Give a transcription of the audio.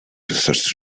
research